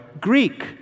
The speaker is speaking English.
Greek